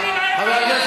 תסתכלי מה הם,